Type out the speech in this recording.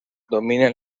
dominen